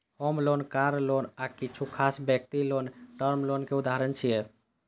होम loan, car loan आ किछु खास व्यक्तिगत लोन टर्म लोन के उदाहरण छियै